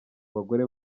abagore